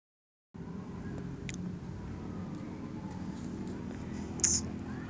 संगणकीय वित्त वित्त के व्यावहारिक रूचि के हल दैत अछि